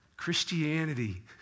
Christianity